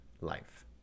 life